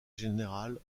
général